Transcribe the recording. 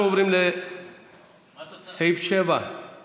אנחנו עוברים לסעיף 7 בסדר-היום,